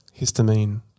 histamine